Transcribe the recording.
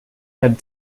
had